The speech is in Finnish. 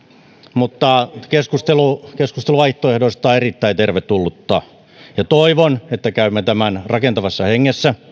mutta keskustelu keskustelu vaihtoehdoista on erittäin tervetullutta ja toivon että käymme tämän keskustelun rakentavassa hengessä